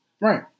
Right